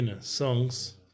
songs